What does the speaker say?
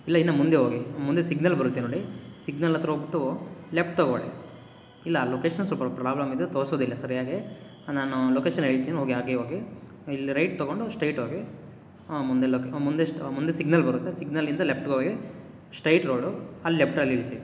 ಇಲ್ಲ ಇನ್ನೂ ಮುಂದೆ ಹೋಗಿ ಮುಂದೆ ಸಿಗ್ನಲ್ ಬರುತ್ತೆ ನೋಡಿ ಸಿಗ್ನಲ್ ಹತ್ತಿರ ಹೋಗಿಬಿಟ್ಟು ಲೆಫ್ಟ್ ತೊಗೊಳಿ ಇಲ್ಲ ಲೊಕೇಶನ್ ಸ್ವಲ್ಪ ಪ್ರಾರ್ಬ್ಲಮ್ ಇದೆ ತೋರಿಸೋದಿಲ್ಲ ಸರಿಯಾಗಿ ನಾನು ಲೊಕೇಶನ್ ಹೇಳ್ತೀನಿ ಹೋಗಿ ಹಾಗೇ ಹೋಗಿ ಇಲ್ಲಿ ರೈಟ್ ತೊಗೊಂಡು ಸ್ಟೈಟ್ ಹೋಗಿ ಹೂಂ ಮುಂದೆ ಲೊಕ್ ಹೂಂ ಮುಂದೆ ಸ್ಟ್ ಮುಂದೆ ಸಿಗ್ನಲ್ ಬರುತ್ತೆ ಸಿಗ್ನಲ್ಲಿಂದ ಲೆಫ್ಟ್ಗೆ ಹೋಗಿ ಸ್ಟೈಟ್ ರೋಡು ಅಲ್ಲಿ ಲೆಫ್ಟಲ್ಲಿ ನಿಲ್ಲಿಸಿ